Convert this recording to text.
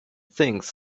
things